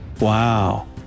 Wow